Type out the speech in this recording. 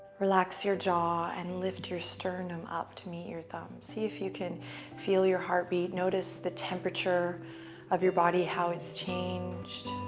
relax your jaw and lift your sternum up to meet your thumbs. see if you can feel your heartbeat. notice the temperature of your body, how it's changed.